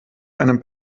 einem